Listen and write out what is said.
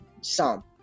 psalm